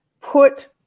put